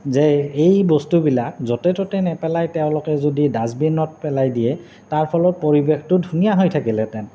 যে এই বস্তুবিলাক য'তে ত'তে নেপেলাই তেওঁলোকে যদি ডাষ্টবিনত পেলাই দিয়ে তাৰ ফলত পৰিৱেশটো ধুনীয়া হৈ থাকিলহেঁতেন